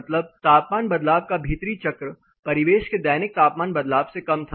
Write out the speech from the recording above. मतलब तापमान बदलाव का भीतरी चक्र परिवेश के दैनिक तापमान बदलाव से कम था